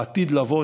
בעתיד לבוא,